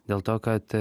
dėl to kad